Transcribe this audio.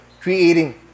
creating